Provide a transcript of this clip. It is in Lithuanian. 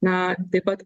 na taip pat